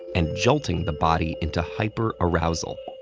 and jolting the body into hyperarousal.